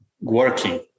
working